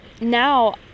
now